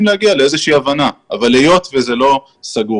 להגיע לאיזושהי הבנה אבל היות וזה עדיין לא סגור,